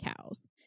cows